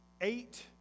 eight